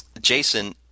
Jason